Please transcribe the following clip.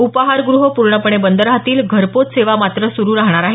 उपाहारग्रहं पूर्णपणे बंद राहतील घरपोहोच सेवा मात्र सुरू राहणार आहे